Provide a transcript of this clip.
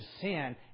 sin